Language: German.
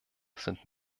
sind